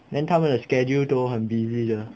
then 他们的 schedule 都很 busy 的